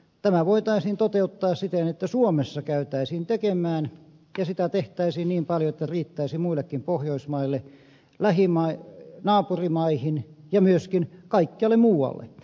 tämä voitaisiin toteuttaa siten että suomessa käytäisiin tekemään ja sitä tehtäisiin niin paljon että riittäisi muillekin pohjoismaille lähinaapurimaihin ja myöskin kaikkialle muualle